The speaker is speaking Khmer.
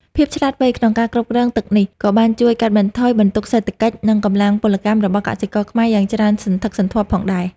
ភាពឆ្លាតវៃក្នុងការគ្រប់គ្រងទឹកនេះ ក៏បានជួយកាត់បន្ថយបន្ទុកសេដ្ឋកិច្ច និងកម្លាំងពលកម្មរបស់កសិករខ្មែរយ៉ាងច្រើនសន្ធឹកសន្ធាប់ផងដែរ។